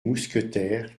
mousquetaires